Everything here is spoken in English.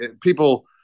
people